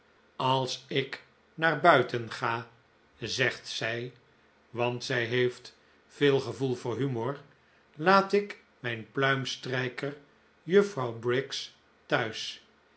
als ik naar buiten ga zegt zij want zij heeft veel gevoel voor humor laat ik mijn pluimstrijker juffrouw briggs thuis